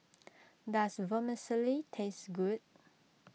does Vermicelli taste good